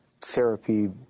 therapy